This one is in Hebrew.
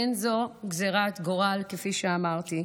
אין זו גזרת גורל, כפי שאמרתי.